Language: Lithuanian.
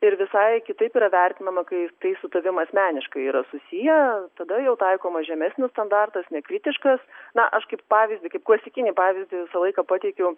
ir visai kitaip yra vertinama kaip tai su tavim asmeniškai yra susiję tada jau taikomas žemesnis standartas nekritiškas na aš kaip pavyzdį kaip klasikinį pavyzdį visą laiką pateikiu